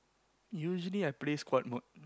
usually I play squad mode